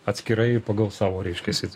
atskirai pagal savo reiškiasi